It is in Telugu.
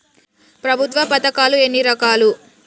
ప్రభుత్వ పథకాలు ఎన్ని రకాలు?